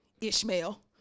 Ishmael